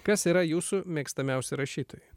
kas yra jūsų mėgstamiausi rašytojai